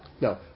No